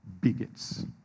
bigots